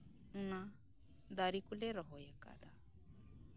ᱚᱱᱟ ᱫᱟᱨᱮ ᱠᱚᱞᱮ ᱨᱚᱦᱚᱭ ᱟᱠᱟᱫᱟ